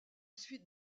suite